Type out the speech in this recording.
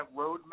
roadmap